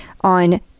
On